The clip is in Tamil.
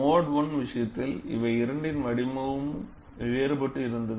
மோடு I விஷயத்தில் இவை இரண்டின் வடிவமும் வேறுபட்டு இருந்தது